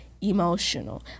emotional